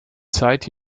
zeit